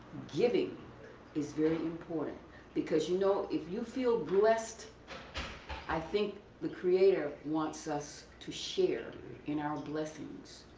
giving is very important because you know if you feel blessed i think the creator wants us to share in our blessings.